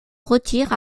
retire